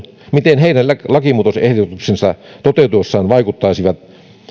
miten heidän lakimuutosehdotuksensa toteutuessaan vaikuttaisivat